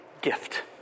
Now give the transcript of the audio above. gift